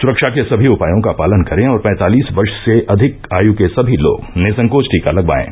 सुरक्षा के सभी उपायों का पालन करें और पैंतालीस वर्ष से अधिक आयु के सभी लोग निःसंकोच टीका लगवाएं